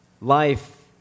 life